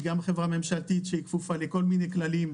היא גם חברה ממשלתית שהיא כפופה לכל מיני כללים.